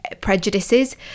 prejudices